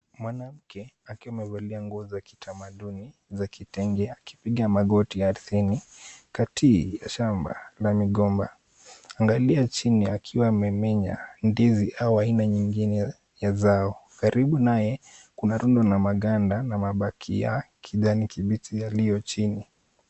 Mwanamke akiwa amevalia nguo za kitamaduni za kitenge akipiga magoti ardhini kati ya shamba la migomba akiangalia chini akiwa amemenya ndizi au aina nyingine ya zao. Karibu naye, kuna rundo la maganda na mabaki ya kijani kibichi yaliyo chini.